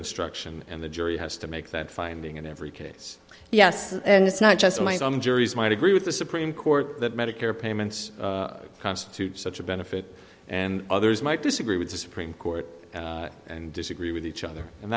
instruction and the jury has to make that finding in every case yes and it's not just my own juries might agree with the supreme court that medicare payments constitute such a benefit and others might disagree with the supreme court and disagree with each other and